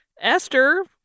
Esther